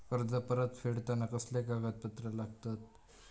कर्ज परत फेडताना कसले कागदपत्र लागतत?